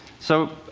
so